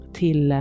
till